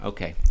Okay